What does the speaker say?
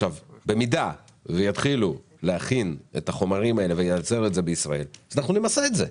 במידה ויתחילו להכין את החומרים ולייצר את זה בישראל - נמסה את זה.